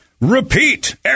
repeat